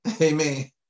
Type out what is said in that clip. Amen